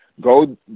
go